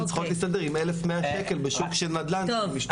הן צריכות להסתדר עם 1100 ₪ בשוק של נדל"ן שמשתגע.